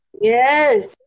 Yes